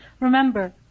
Remember